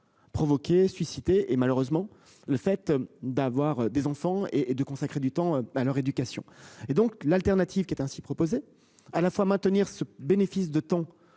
Provoquer susciter et malheureusement le fait d'avoir des enfants et et de consacrer du temps à leur éducation et donc l'alternative qui est ainsi proposé à la fois maintenir ce bénéfice de temps